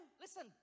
listen